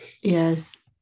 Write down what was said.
Yes